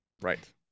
Right